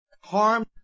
harm